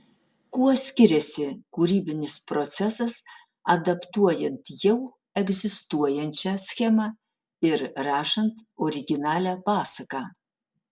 kuo skiriasi kūrybinis procesas adaptuojant jau egzistuojančią schemą ir rašant originalią pasaką